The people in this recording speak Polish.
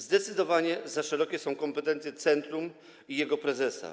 Zdecydowanie za szerokie są kompetencje centrum i jego prezesa.